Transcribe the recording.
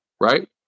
right